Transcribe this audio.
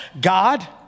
God